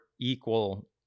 equal